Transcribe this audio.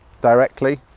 Directly